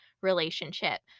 relationship